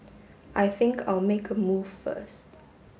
I think I'll make a move first